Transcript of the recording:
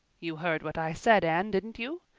you heard what i said, anne, didn't you?